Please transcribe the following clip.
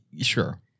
sure